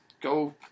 go